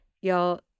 Y'all